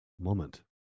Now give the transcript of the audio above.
moment